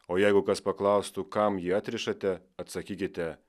o jeigu kas paklaustų kam jį atrišate atsakykite